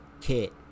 kit